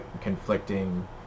conflicting